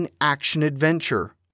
action-adventure